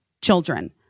children